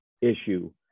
issue